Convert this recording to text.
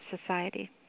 Society